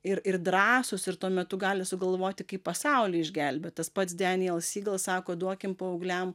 ir ir drąsūs ir tuo metu gali sugalvoti kaip pasaulį išgelbėt tas pats deniel sygal sako duokim paaugliam